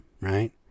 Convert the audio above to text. right